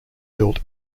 built